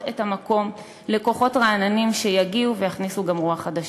את המקום לכוחות רעננים שיגיעו ויכניסו גם רוח חדשה.